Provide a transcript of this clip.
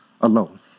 alone